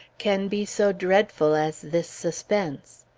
can be so dreadful as this suspense?